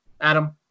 Adam